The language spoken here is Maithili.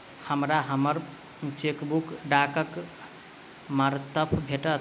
हमरा हम्मर चेकबुक डाकक मार्फत भेटल